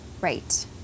Right